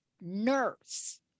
nurse